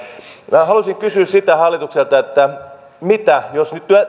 minä haluaisin kysyä sitä hallitukselta että mitä jos